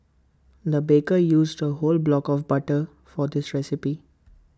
the baker used A whole block of butter for this recipe